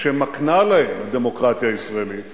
שמקנה להם הדמוקרטיה הישראלית